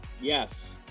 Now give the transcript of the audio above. Yes